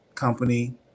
company